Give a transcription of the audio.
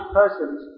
persons